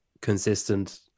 consistent